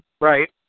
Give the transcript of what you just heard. Right